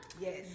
Yes